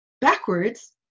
backwards